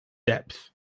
depth